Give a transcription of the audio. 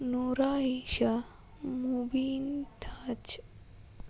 ನೂರಾ ಈಶಾ ಮುಬೀನ್ ತಾಜ್